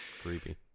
Creepy